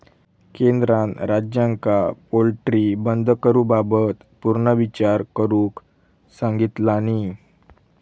केंद्रान राज्यांका पोल्ट्री बंद करूबाबत पुनर्विचार करुक सांगितलानी